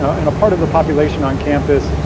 in a part of the population on campus.